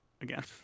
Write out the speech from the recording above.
again